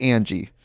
Angie